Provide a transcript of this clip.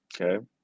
Okay